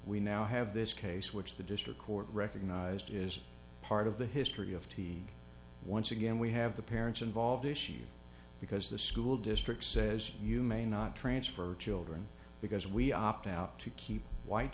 we now have this case which the district court recognised is part of the history of the once again we have the parents involved issue because the school district says you may not transfer children because we opt out to keep white